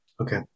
Okay